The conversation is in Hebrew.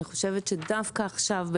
אני חושבת שדווקא עכשיו,